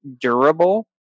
durable